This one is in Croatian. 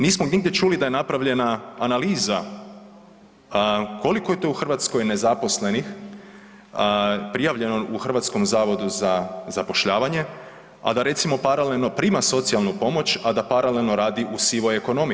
Nismo nigdje čuli da je napravljena analiza koliko je to u Hrvatskoj nezaposlenih, prijavljeno u Hrvatskom zavodu za zapošljavanje, a da recimo, paralelno prima socijalnu pomoć, a da paralelno radi u sivoj ekonomiji.